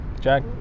Jack